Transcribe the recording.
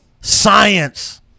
Science